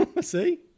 See